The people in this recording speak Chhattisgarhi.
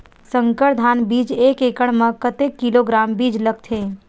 संकर धान बीज एक एकड़ म कतेक किलोग्राम बीज लगथे?